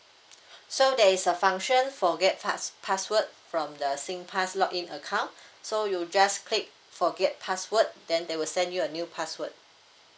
so there is a function forget pass password from the SINGPASS login account so you just click forget password then they will send you a new password